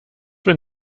wenn